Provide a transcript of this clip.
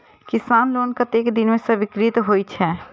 किसान लोन कतेक दिन में स्वीकृत होई छै?